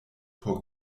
por